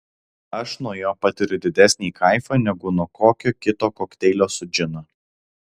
aš nuo jo patiriu didesnį kaifą negu nuo kokio kito kokteilio su džinu